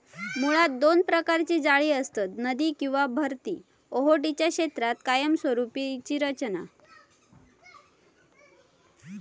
मुळात दोन प्रकारची जाळी असतत, नदी किंवा भरती ओहोटीच्या क्षेत्रात कायमस्वरूपी रचना